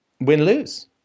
win-lose